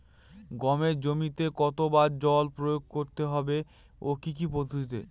গমের জমিতে কতো বার জল প্রয়োগ করতে হবে ও কি পদ্ধতিতে?